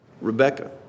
Rebecca